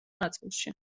ნაწილში